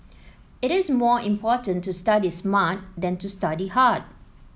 it is more important to study smart than to study hard